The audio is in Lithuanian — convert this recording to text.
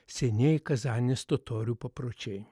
senieji kazanės totorių papročiai